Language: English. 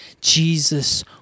Jesus